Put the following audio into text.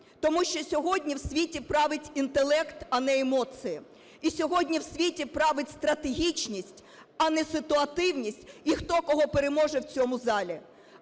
Тому що сьогодні в світі править інтелект, а не емоції. І сьогодні в світі править стратегічність, а не ситуативність, і хто кого переможе в цьому залі.